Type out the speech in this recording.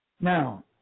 Now